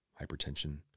hypertension